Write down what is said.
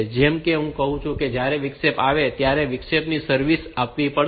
જેમ કે મેં કહ્યું છે કે જ્યારે પણ વિક્ષેપ આવે છે ત્યારે વિક્ષેપને સર્વિસ આપવી પડશે